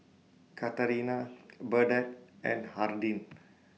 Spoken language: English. Katarina Burdette and Hardin